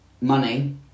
money